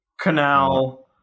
Canal